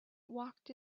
walked